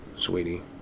sweetie